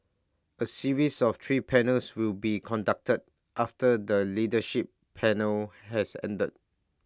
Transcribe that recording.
A series of three panels will be conducted after the leadership panel has ended